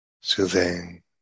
soothing